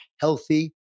healthy